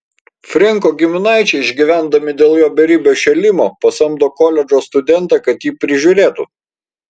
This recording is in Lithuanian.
frenko giminaičiai išgyvendami dėl jo beribio šėlimo pasamdo koledžo studentą kad jį prižiūrėtų